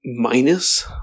minus